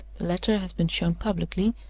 the letter has been shown publicly,